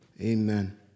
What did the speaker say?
Amen